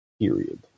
period